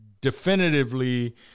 definitively